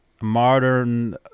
Modern